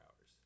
hours